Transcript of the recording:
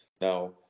now